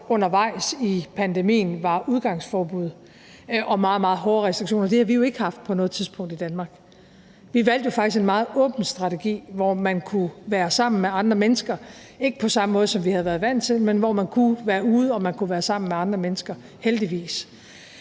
undervejs i pandemien var udgangsforbud og meget, meget hårde restriktioner. Det har vi jo ikke haft på noget tidspunkt i Danmark. Vi valgte jo faktisk en meget åben strategi, hvor man kunne være sammen med andre mennesker, ikke på samme måde, som vi havde været vant til, men hvor man kunne være ude, og hvor man kunne være sammen med andre mennesker, heldigvis.